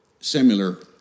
similar